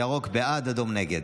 ירוק בעד, אדום נגד.